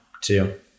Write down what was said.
two